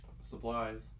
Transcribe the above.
Supplies